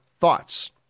thoughts